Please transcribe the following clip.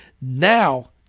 Now